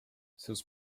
seus